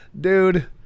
Dude